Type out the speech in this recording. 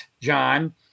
John